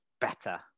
better